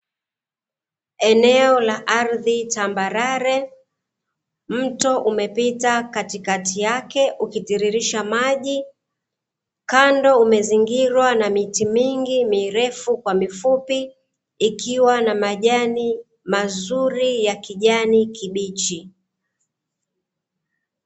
Eneo la ardhi tambarare, mto umepita katikati yake ukitiririsha maji, kando umezingirwa na miti mingi mirefu kwa mifupi, ikiwa na majani mazuri ya kijani kibichi.